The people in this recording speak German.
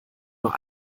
nur